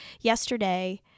Yesterday